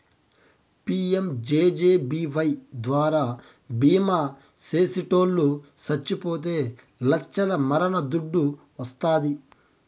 PMJJBY ద్వారా బీమా చేసిటోట్లు సచ్చిపోతే లచ్చల మరణ దుడ్డు వస్తాది